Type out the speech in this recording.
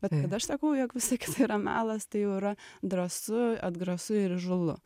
bet kad aš sakau jog visa kita yra melas tai jau yra drąsu atgrasu ir įžūlu